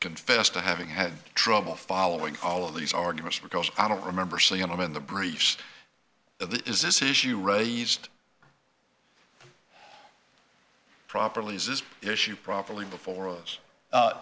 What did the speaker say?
confess to having had trouble following all of these arguments because i don't remember seeing them in the briefs of the is this issue raised properly is this issue properly before